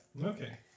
Okay